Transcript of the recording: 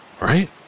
right